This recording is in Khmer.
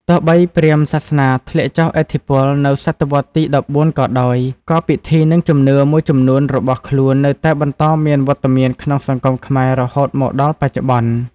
ទោះបីព្រាហ្មណ៍សាសនាធ្លាក់ចុះឥទ្ធិពលនៅសតវត្សរ៍ទី ១៤ ក៏ដោយ ក៏ពិធី និងជំនឿមួយចំនួនរបស់ខ្លួននៅតែបន្តមានវត្តមានក្នុងសង្គមខ្មែររហូតមកដល់បច្ចុប្បន្ន។